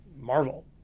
Marvel